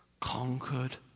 conquered